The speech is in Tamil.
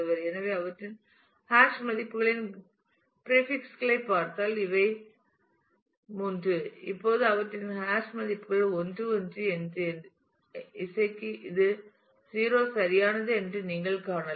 எனவே அவற்றின் ஹாஷ் மதிப்புகளின் பிரீபிக்ஸ் களைப் பார்த்தால் இவை 3 இப்போது அவற்றின் ஹாஷ் மதிப்புகள் 1 1 என்றும் மியூசிக் க்கு இது 0 சரியானது என்றும் நீங்கள் காணலாம்